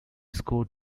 scored